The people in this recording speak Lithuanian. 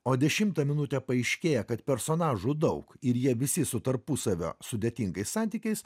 o dešimtą minutę paaiškėja kad personažų daug ir jie visi su tarpusavio sudėtingais santykiais